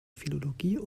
philologie